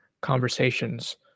conversations